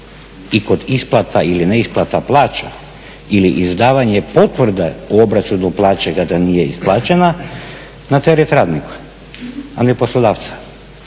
i kod isplata ili neisplata plaća ili izdavanje potvrda o obračunu plaće da nije isplaćena na teret radnika a ne poslodavca.